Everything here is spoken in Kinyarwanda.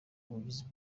bugizi